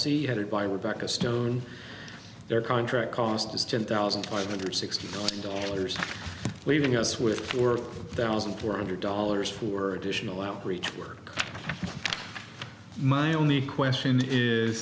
c headed by rebecca stone their contract cost is ten thousand five hundred sixty dollars leaving us with worth a thousand four hundred dollars for additional outreach work my only question is